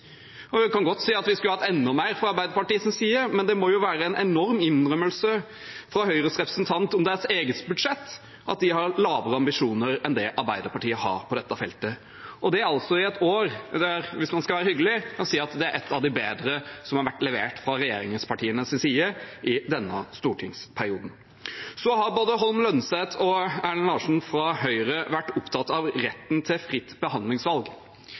Høyre. En kan godt si at vi skulle hatt enda mer fra Arbeiderpartiets side, men det må jo være en enorm innrømmelse fra Høyres representant om deres eget budsjett at de har lavere ambisjoner enn det Arbeiderpartiet har på dette feltet, og det altså i et år der man – hvis man skal være hyggelig – kan si at det er et av de bedre som har vært levert fra regjeringspartienes side i denne stortingsperioden. Både Holm Lønseth og Erlend Larsen fra Høyre har vært opptatt av retten til fritt